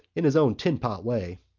in his own tinpot way.